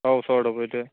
অঁ ওচৰত হ'ব সেইটোৱেই